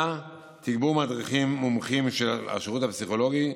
תגבור מדריכים מומחים של השירות הפסיכולוגי,